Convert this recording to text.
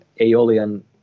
aeolian